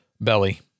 belly